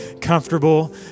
comfortable